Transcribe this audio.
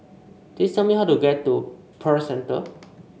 please tell me how to get to Pearl Centre